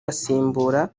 asimbura